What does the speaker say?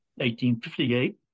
1858